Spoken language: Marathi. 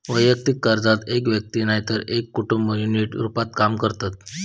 वैयक्तिक कर्जात एक व्यक्ती नायतर एक कुटुंब युनिट रूपात काम करतत